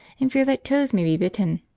and fear that toes may be bitten.